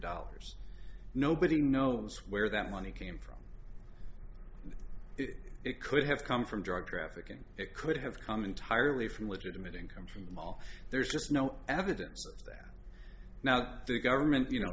dollars nobody knows where that money came from it could have come from drug trafficking it could have come entirely from legitimate income from mall there's just no evidence of that now the government you know